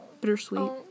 bittersweet